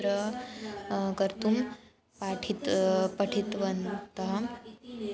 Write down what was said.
त्र कर्तुं पाठितवान् पाठितवन्तः